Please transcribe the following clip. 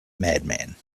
madman